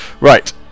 Right